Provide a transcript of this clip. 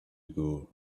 ago